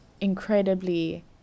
incredibly